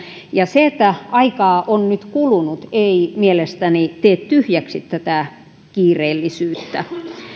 ja se että aikaa on nyt kulunut ei mielestäni tee tyhjäksi tätä kiireellisyyttä